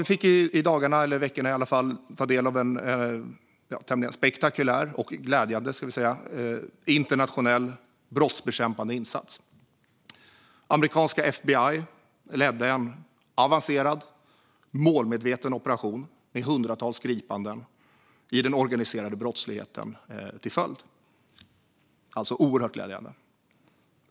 Vi fick i dagarna, eller i alla fall häromveckan, ta del av en tämligen spektakulär och glädjande internationell brottsbekämpande insats. Amerikanska FBI ledde en avancerad, målmedveten operation med hundratals gripanden i den organiserade brottsligheten. Det är oerhört glädjande.